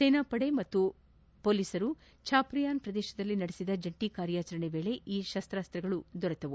ಸೇನಾ ಪಡೆ ಮತ್ತು ಪೊಲೀಸರು ಚಾಪ್ರಿಯನ್ ಪ್ರದೇಶದಲ್ಲಿ ನಡೆಸಿದ ಜಂಟಿ ಕಾರ್ಯಾಚರಣೆ ವೇಳೆ ಈ ಶಸ್ತಾಸ್ತ್ರಗಳು ದೊರೆತಿವೆ